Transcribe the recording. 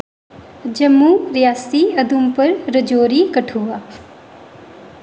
Jammu Reasi Udhampur Rajouri Kathua